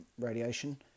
radiation